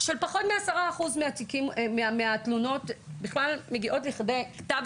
של פחות מ-10% מהתלונות שבכלל מגיעות לכדי כתב